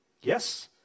Yes